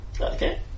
Okay